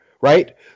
right